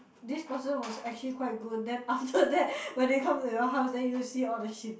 this person was actually quite good then after that when they come to your house then you see all the shit